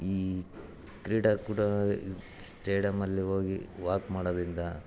ಈ ಕ್ರೀಡಾಕೂಟ ಸ್ಟೇಡಮ್ಮಲ್ಲಿ ಹೋಗಿ ವಾಕ್ ಮಾಡೋದ್ರಿಂದ